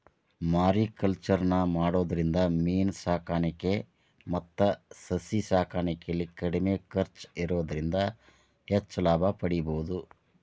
mariculture ನ ಮಾಡೋದ್ರಿಂದ ಮೇನ ಸಾಕಾಣಿಕೆ ಮತ್ತ ಸಸಿ ಸಾಕಾಣಿಕೆಯಲ್ಲಿ ಕಡಿಮೆ ಖರ್ಚ್ ಇರೋದ್ರಿಂದ ಹೆಚ್ಚ್ ಲಾಭ ಪಡೇಬೋದು